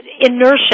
inertia